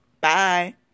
Bye